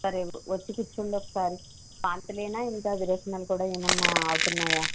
సరే వచ్చి కూర్చోండి ఒకసారి వాంతులేనా ఇంకా విరోచనాలు కూడా ఏమైనా అవుతున్నాయా